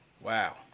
Wow